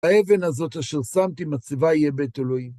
האבן הזאת אשר שמתי מצבה יהיה בית אלוהים.